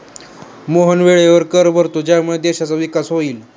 मोहन वेळेवर कर भरतो ज्यामुळे देशाचा विकास होईल